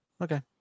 Okay